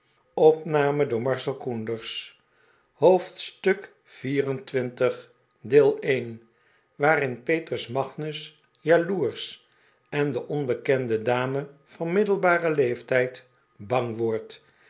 hoofdstuk xxiv waarin petrus magnus jaloersch en de onbekende dame van middelbaren leeftijd bang wordt